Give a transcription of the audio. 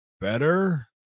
better